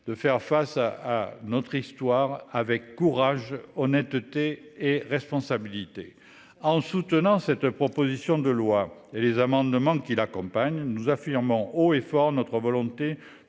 de faire face à notre histoire avec courage, honnêteté et responsabilité. En défendant cette proposition de loi et les amendements qui l'accompagnent, nous affirmons haut et fort notre volonté